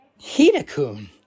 Hidakun